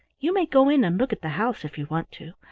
you may go in and look at the house, if you want to.